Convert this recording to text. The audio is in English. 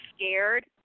scared